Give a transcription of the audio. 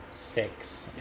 six